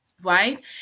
right